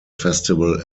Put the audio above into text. festival